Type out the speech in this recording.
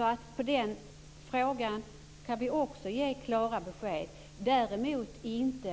I den frågan kan vi alltså ge klara besked - däremot inte